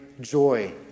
joy